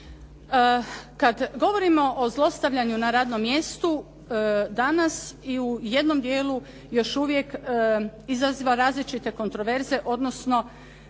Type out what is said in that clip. Kad govorimo o zlostavljanju na radnom mjestu, danas i u jednom dijelu još uvijek izaziva različite kontroverze, odnosno